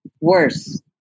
worse